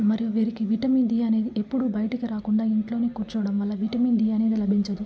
మరియు వీరికి vitamin D అనేది ఎప్పుడూ బయటకు రాకుండా ఇంట్లోనే కూర్చోవడం వల్ల విటమిన్ డీ అనేది లభించదు